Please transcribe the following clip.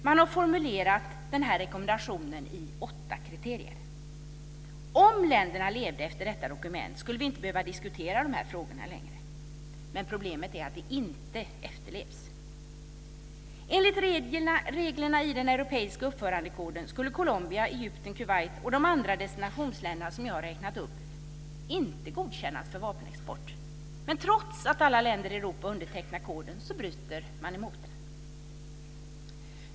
Man har formulerat rekommendationen i åtta kriterier. Om länderna levde efter detta dokument skulle vi inte behöva diskutera frågorna längre. Men problemet är att det inte efterlevs. Enligt reglerna i den europeiska uppförandekoden skulle Colombia, Egypten, Kuwait och de andra destinationsländerna som jag räknade upp inte godkännas för vapenexport. Men trots att alla länder i Europa har undertecknat koden så bryter man emot den.